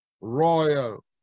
Royal